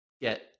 get